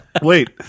Wait